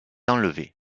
enlevée